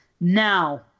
Now